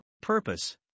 purpose